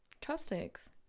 Chopsticks